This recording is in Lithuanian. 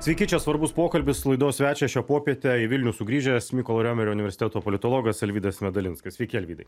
sveiki čia svarbus pokalbis laidos svečias šią popietę į vilnių sugrįžęs mykolo riomerio universiteto politologas alvydas medalinskas sveiki alvydai